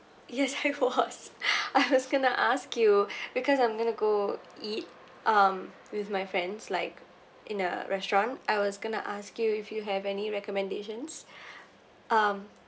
yes I was I was gonna ask you because I'm going to go eat um with my friends like in a restaurant I was gonna ask you if you have any recommendations um